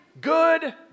good